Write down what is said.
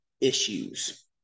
issues